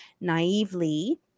naively